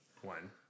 One